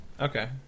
Okay